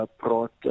brought